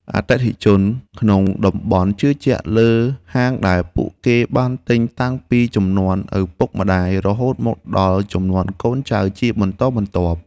អតិថិជនក្នុងតំបន់ជឿជាក់លើហាងដែលពួកគេបានទិញតាំងពីជំនាន់ឪពុកម្ដាយរហូតមកដល់ជំនាន់កូនចៅជាបន្តបន្ទាប់។